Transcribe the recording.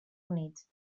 units